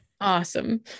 Awesome